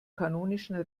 kanonischen